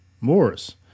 Morris